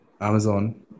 Amazon